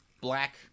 black